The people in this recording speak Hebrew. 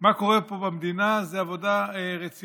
מה קורה פה במדינה זו עבודה רצינית,